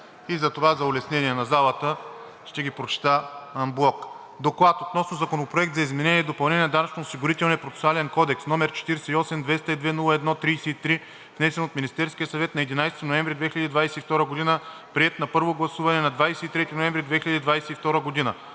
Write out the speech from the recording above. и затова за улеснение на залата ще ги прочета анблок. „Доклад относно Законопроект за изменение и допълнение на Данъчно-осигурителния процесуален кодекс, № 48-202-01-33, внесен от Министерския съвет на 11 ноември 2022 г., приет на първо гласуване на 23 ноември 2022 г.“